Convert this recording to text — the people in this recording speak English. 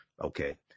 Okay